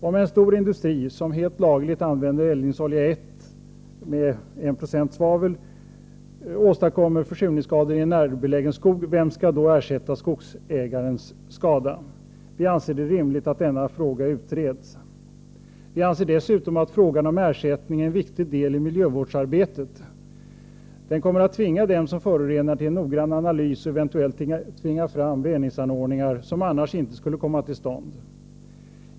Om en stor industri, som helt lagligt använder eldningsolja med 1 90 svavel, åstadkommer försurningsskador i en närbelägen skog — vem skall då ersätta skogsägarens skada? Vi anser det rimligt att denna fråga utreds. Vi anser dessutom att frågan om ersättning är en viktig del i miljövårdsarbetet. Det kommer att tvinga dem som förorenar till en noggrann analys och eventuellt tvinga fram reningsanordningar som annars inte skulle komma till stånd.